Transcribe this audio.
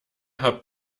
habt